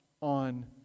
on